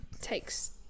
takes